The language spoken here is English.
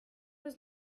was